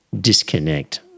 disconnect